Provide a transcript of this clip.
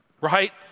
right